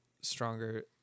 stronger